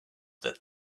that